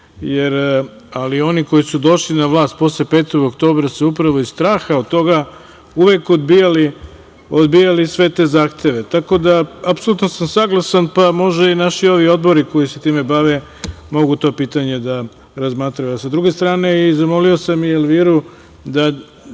dosijei, ali oni koji su došli na vlast posle 5. oktobra su upravo iz straha od toga uvek odbijali sve te zahteve, tako da apsolutno sam saglasan, pa mogu i ovi naši odbori koji se time bave ta pitanja da razmatraju.S druge strane, zamolio sam i Elviru da